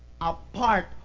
apart